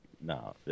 no